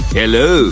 hello